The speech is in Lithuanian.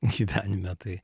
gyvenime tai